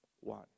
one